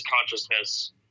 consciousness